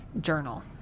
journal